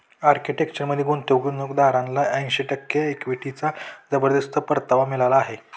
आर्किटेक्चरमधील गुंतवणूकदारांना ऐंशी टक्के इक्विटीचा जबरदस्त परतावा मिळाला आहे